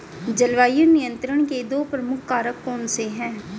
जलवायु नियंत्रण के दो प्रमुख कारक कौन से हैं?